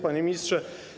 Panie Ministrze!